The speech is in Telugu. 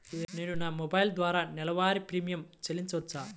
నేను నా మొబైల్ ద్వారా నెలవారీ ప్రీమియం చెల్లించవచ్చా?